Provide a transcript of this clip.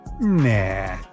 Nah